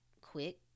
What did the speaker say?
quick